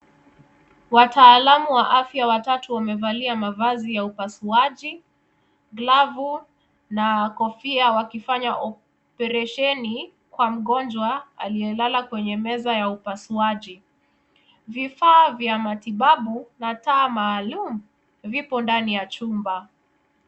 Wataalamu wa afya watatu wamevalia mavazi ya upasuaji, glavu na kofia wakifanya operesheni kwa mgonjwa aliyelala kwenye meza ya upasuaji. Vifaa vya matibabu na taa maalum vipo ndani ya chumba.